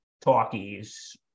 talkies